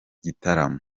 gitaramo